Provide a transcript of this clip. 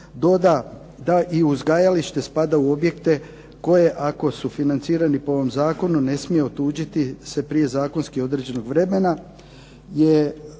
doda da i uzgajalište spada u objekte koje ako su financirani po ovom zakonu ne smije otuđiti se prije zakonski određenog vremena